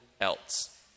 else